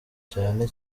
cyane